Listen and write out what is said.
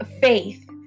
faith